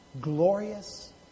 glorious